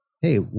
hey